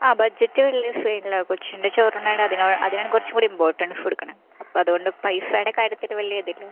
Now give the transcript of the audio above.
ആ ബഡ്ജറ്റ് വലിയ സീൻല്ലാ കൊച്ചിൻ്റെ ചോറൂണാണ് അതിന് അതിനാണ് കുറച്ചും കൂടി ഇമ്പോർട്ടൻറ്റ്സ് കൊടുക്കണത് അപ്പോൾ അതുകൊണ്ട് പൈസേടെ കാര്യത്തിൽ വലിയ ഇതില്ല